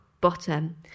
bottom